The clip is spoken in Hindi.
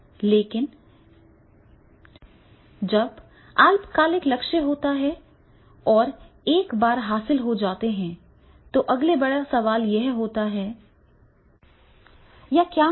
लेकिन जब अल्पकालिक लक्ष्य होते हैं और एक बार हासिल हो जाते हैं तो अगले बड़े सवाल क्या होंगे